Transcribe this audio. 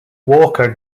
walker